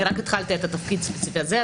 אני רק התחלתי את התפקיד הספציפי הזה,